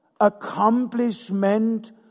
accomplishment